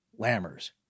Lammers